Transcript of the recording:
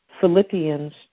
Philippians